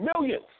Millions